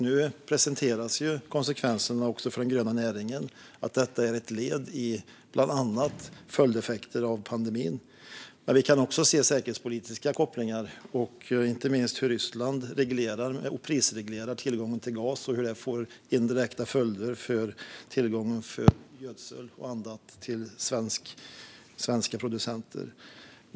Nu presenteras konsekvenserna också för den gröna näringen. Detta är bland annat ett led i följdeffekterna av pandemin. Vi kan också se säkerhetspolitiska kopplingar, inte minst hur Ryssland reglerar och prisreglerar tillgången till gas och hur det får indirekta följder för tillgången på gödsel och annat till svenska producenter.